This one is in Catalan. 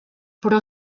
però